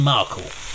Markle